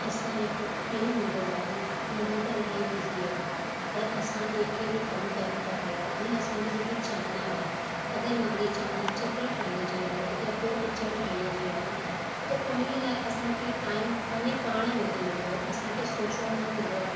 असां जे को ॾींहं हूंदो आहे हूंदो त इलाही बिज़ी आहे पर असां जेके बि कम कयूं था पिया जीअं असांजी जेकी चाहना आहे अगरि मुंहिंजी चाहना चित्र ठाहिण जी आहे या कोई पिच्चर ठाहिण जी आहे त उन्हीअ लाइ असांखे टाइम पंहिंजे पाण मिली वेंदो आहे असांखे सोचणो न हूंदो आहे